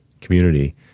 community